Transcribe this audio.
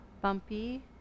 bumpy